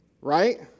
right